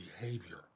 behavior